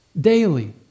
Daily